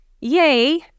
Yay